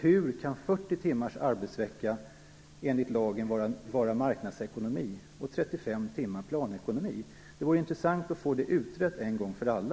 Hur kan 40 timmars arbetsvecka enligt lagen vara marknadsekonomi och 35 timmars arbetsvecka planekonomi? Det vore intressant att få detta utrett en gång för alla.